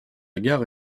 gare